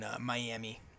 Miami